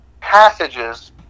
passages